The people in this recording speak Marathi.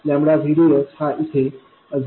आणि VDSहा इथे 0